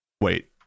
Wait